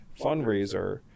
fundraiser